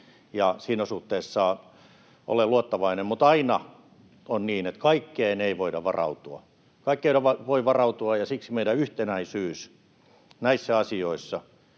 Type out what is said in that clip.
Siinä suhteessa olen luottavainen, mutta aina on niin, että kaikkeen ei voida varautua. Kaikkeen ei voi varautua, ja siksi meidän yhtenäisyys näissä asioissa